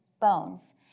bones